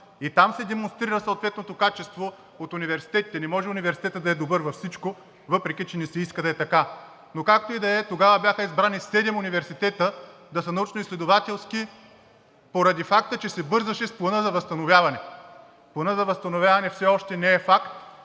и там се демонстрира съответното качество от университетите. Не може университетът да е добър във всичко, въпреки че ни се иска да е така. Но както и да е, тогава бяха избрани седем университета да са научноизследователски поради факта, че се бързаше с Плана за възстановяване. Планът за възстановяване все още не е факт